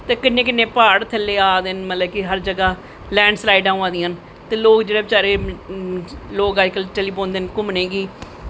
ते किन्ने किन्नोें प्हाड़ थल्लै आ दे न मतलव लैंड़ स्लैड़ां होआ दियां न ते लोग जेह्ड़े बचैरे लोग अज्ज कल चली पौंदे न घूमनें गी